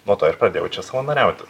nuo to ir pradėjau čia savanoriauti